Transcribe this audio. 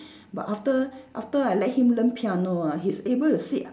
but after after I let him learn piano ah he's able to sit